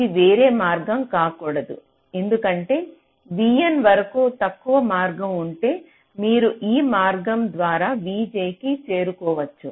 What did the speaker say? ఇది వేరే మార్గం కాకూడదు ఎందుకంటే vn వరకు తక్కువ మార్గం ఉంటే మీరు ఈ మార్గం ద్వారా vj కి చేరుకో వచ్చు